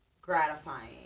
gratifying